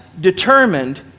determined